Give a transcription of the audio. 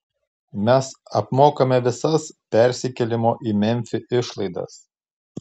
mes apmokame visas persikėlimo į memfį išlaidas